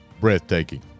Breathtaking